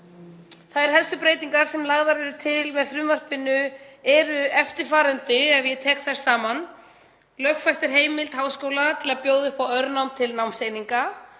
Þær helstu breytingar sem lagðar eru til með frumvarpinu eru eftirfarandi, ef ég tek þær saman: 1. Lögfest er heimild háskóla til að bjóða upp á nám til námseininga.